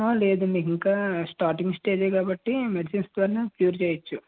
ఆ లేదండి ఇంకా స్టార్టింగ్ స్టేజే కాబట్టి మెడిసిన్స్తోనే క్యూర్ చెయ్యచ్చు